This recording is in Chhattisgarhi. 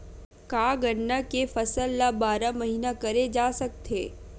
का गन्ना के फसल ल बारह महीन करे जा सकथे?